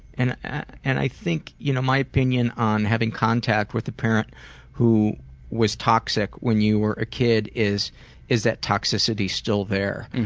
and and i think you know my opinion on having contact with the parent who was toxic when you were a kid is, is that toxicity is still there?